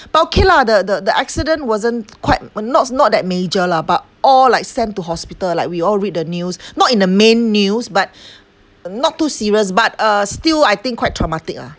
but okay lah the the the accident wasn't quite not not that major lah but all like sent to hospital like we all read the news not in the main news but not too serious but uh still I think quite traumatic lah